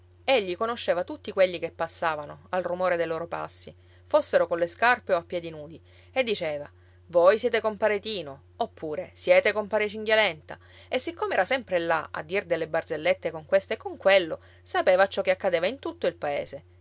egli conosceva tutti quelli che passavano al rumore dei loro passi fossero colle scarpe o a piedi nudi e diceva voi siete compare tino oppure siete compare cinghialenta e siccome era sempre là a dir delle barzellette con questo e con quello sapeva ciò che accadeva in tutto il paese